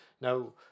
now